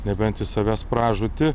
nebent į savęs pražūtį